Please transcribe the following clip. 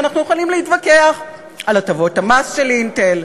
ואנחנו יכולים להתווכח על הטבות המס של "אינטל".